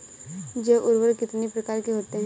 जैव उर्वरक कितनी प्रकार के होते हैं?